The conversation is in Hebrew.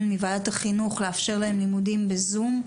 בוועדת החינוך לאפשר להם לימודים בזום,